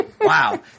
Wow